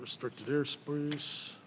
restricted air springs